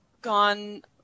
gone